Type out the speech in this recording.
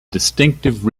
distinctive